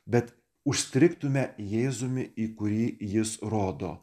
bet užstrigtumėme jėzumi į kurį jis rodo